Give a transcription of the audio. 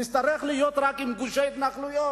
נצטרך להיות רק עם גוש ההתנחלויות.